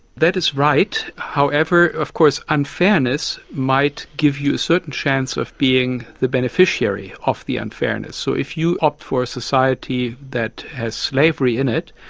that is right, however, of course, unfairness might give you a certain chance of being the beneficiary of the unfairness. so if you opt for a society that has slavery in it,